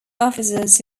officers